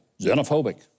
xenophobic